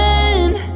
end